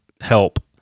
help